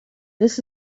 this